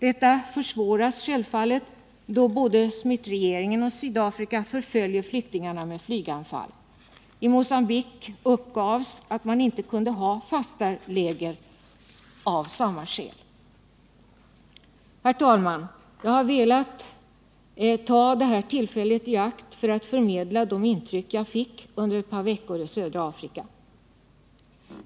Detta försvåras självfallet av att både Smithregeringen och Sydafrika förföljer flyktingarna med flyganfall. I Mogambique uppgavs att man inte kunde ha fasta läger av samma skäl. Herr talman! Jag har velat ta detta tillfälle i akt för att förmedla de intryck jag fick under ett par veckor i södra Afrika.